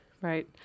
Right